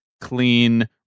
clean